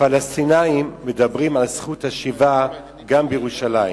הפלסטינים מדברים על זכות השיבה גם בירושלים.